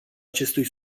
acestui